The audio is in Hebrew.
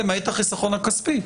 למעט החיסכון הכספי,